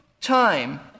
time